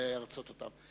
להרצות אותם.